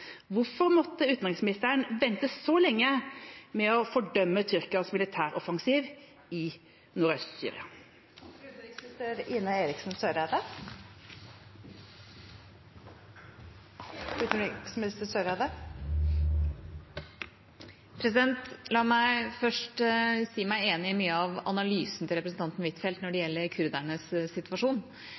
Hvorfor måtte utenriksministeren vente så lenge med å fordømme Tyrkias militæroffensiv i Nordøst-Syria? La meg først si meg enig i mye av analysen til representanten Huitfeldt når det gjelder kurdernes situasjon.